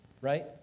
right